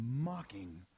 mocking